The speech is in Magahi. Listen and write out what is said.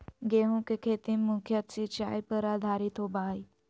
गेहूँ के खेती मुख्यत सिंचाई पर आधारित होबा हइ